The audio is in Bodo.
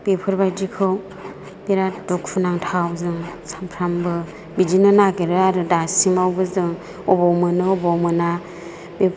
बेफोरबायदिखौ बिराद दुखु नांथाव जों सानफ्रोमबो बिदिनो नागिरो आरो दासिमावबो जों अबाव मोनो अबाव मोना बे